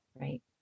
Right